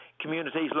communities